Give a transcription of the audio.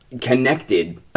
connected